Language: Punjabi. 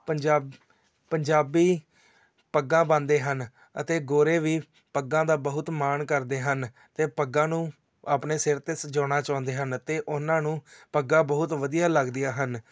ਪੰਜਾਬ ਪੰਜਾਬੀ ਪੱਗਾਂ ਬੰਨਦੇ ਹਨ ਅਤੇ ਗੋਰੇ ਵੀ ਪੱਗਾਂ ਦਾ ਬਹੁਤ ਮਾਣ ਕਰਦੇ ਹਨ ਅਤੇ ਪੱਗਾਂ ਨੂੰ ਆਪਣੇ ਸਿਰ 'ਤੇ ਸਜਾਉਣਾ ਚਾਹੁੰਦੇ ਹਨ ਅਤੇ ਉਹਨਾਂ ਨੂੰ ਪੱਗਾਂ ਬਹੁਤ ਵਧੀਆ ਲੱਗਦੀਆਂ ਹਨ